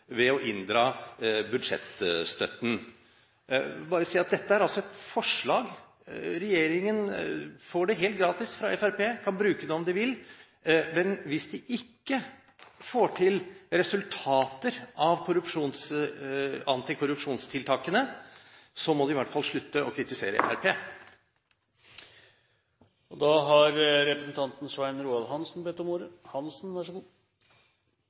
inndra budsjettstøtten. Jeg vil bare si at dette er et forslag. Regjeringen får det helt gratis fra Fremskrittspartiet. De kan bruke det om de vil, men hvis de ikke får til resultater av antikorrupsjonstiltakene, må de i hvert fall slutte å kritisere